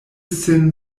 sin